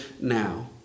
now